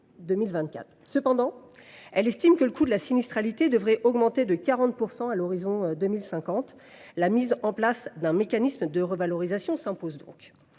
Cependant, elle estime que le coût de la sinistralité devrait augmenter de 40 % à l’horizon 2050. La mise en place d’un mécanisme de revalorisation s’impose donc.